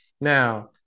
Now